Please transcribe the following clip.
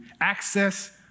access